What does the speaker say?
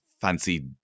fancy